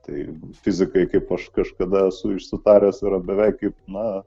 tai fizikai kaip aš kažkada esu išsitaręs yra beveik kaip na